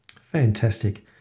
Fantastic